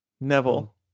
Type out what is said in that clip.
Neville